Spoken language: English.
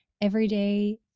everyday